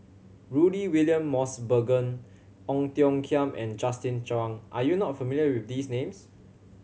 Rudy William Mosbergen Ong Tiong Khiam and Justin Zhuang are you not familiar with these names